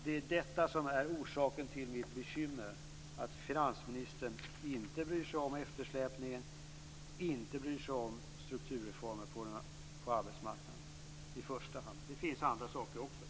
Det är detta som är orsaken till mitt bekymmer: att finansministern inte bryr sig om eftersläpningen och inte bryr sig om strukturreformer på arbetsmarknaden. Det gäller i första hand. Det finns också andra saker.